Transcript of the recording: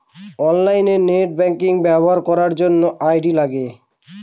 online net banking ব্যবহার করার জন্য আই.ডি লাগে